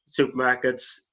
supermarkets